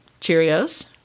Cheerios